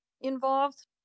involved